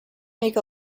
make